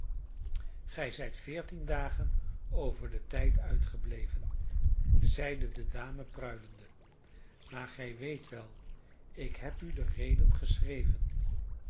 gij zijt veertien dagen over den tijd uitgebleven zeide de dame pruilende maar gij weet wel ik heb u de reden geschreven